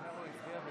לא נקלט.